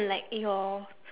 like your